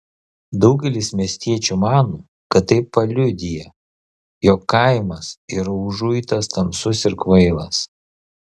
daugelis miestiečių mano kad tai paliudija jog kaimas yra užuitas tamsus ir kvailas